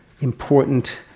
important